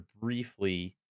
briefly